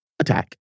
attack